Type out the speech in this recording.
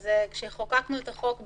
כשחוקקנו את החוק,